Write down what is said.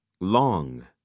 long